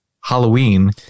Halloween